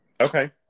Okay